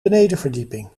benedenverdieping